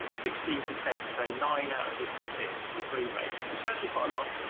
um sixteen per cent so nine out of fifty six were freemasons which actually quite a lot.